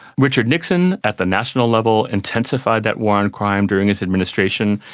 richard nixon at the national level intensified that war on crime during his administration.